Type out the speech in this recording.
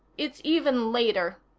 it's even later,